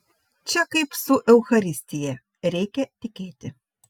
čia kaip su eucharistija reikia tikėti